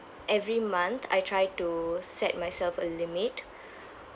every month I try to set myself a limit